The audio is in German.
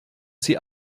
sie